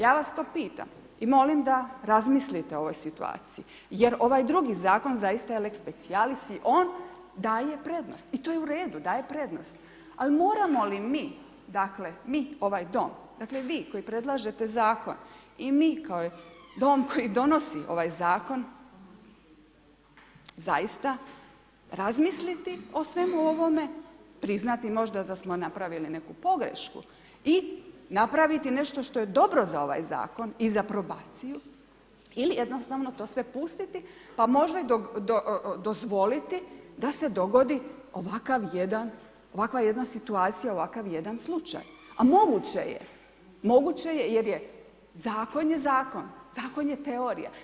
Ja vas to pitam i molim da razmislite o ovoj situaciji, jer ovaj drugi zakon je zaista lex specialis i on daje prednost i to je u redu, daje prednost, ali moramo li mi, dakle mi, ovaj Dom, dakle vi koji predlažete zakon, i mi kao Dom koji donosi ovaj zakon zaista razmisliti o svemu ovome, priznati možda da smo napravili neku pogrešku i napraviti nešto što je dobro za ovaj zakon i za probaciju ili jednostavno to sve pustiti pa možda dozvoliti da se dogodi ovakav jedan, ovakva jedna situacija, ovakav jedan slučaj, a moguće je, moguće je jer je, zakon je zakon, zakon je teorija.